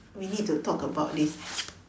we need to talk about this